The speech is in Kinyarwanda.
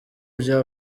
bya